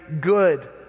good